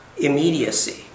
immediacy